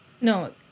No